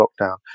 lockdown